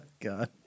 God